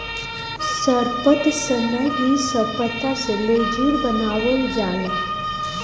सरपत, सनई इ सब पत्ता से लेजुर बनावाल जाला